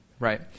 Right